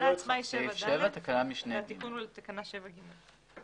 התקנה עצמה היא 7ד והתיקון הוא לתקנה 7(ג).